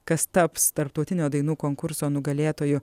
kas taps tarptautinio dainų konkurso nugalėtoju